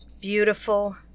beautiful